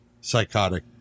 psychotic